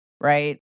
right